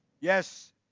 Yes